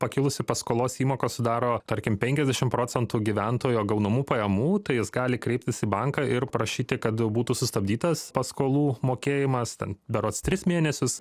pakilusi paskolos įmoka sudaro tarkim penkiasdešim procentų gyventojo gaunamų pajamų tai jis gali kreiptis į banką ir prašyti kad būtų sustabdytas paskolų mokėjimas ten berods tris mėnesius